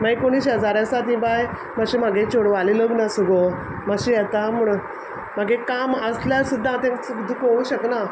माई कोणूय शेजाऱ्या आसा तीं बाय माश्शे मागे चेडवालें लग्न आस गो माश्शें येता म्हुणू मागें काम आसल्या सुद्दां हांव तेंक चूक दुकोवं शकना